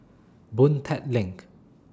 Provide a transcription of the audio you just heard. Boon Tat LINK